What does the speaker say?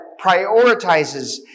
prioritizes